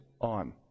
on